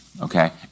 okay